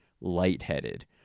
lightheaded